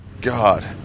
god